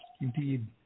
Indeed